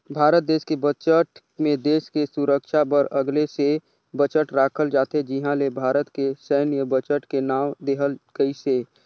भारत देस के बजट मे देस के सुरक्छा बर अगले से बजट राखल जाथे जिहां ले भारत के सैन्य बजट के नांव देहल गइसे